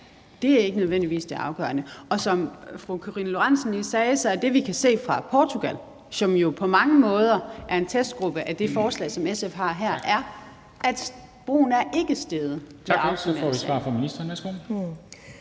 er ikke nødvendigvis det afgørende. Som fru Karina Lorentzen Dehnhardt lige sagde, er det, vi kan se fra Portugal, som jo på mange måder er en testgruppe i forhold til det forslag, som SF har her, at brugen ikke er steget ved at afkriminalisere.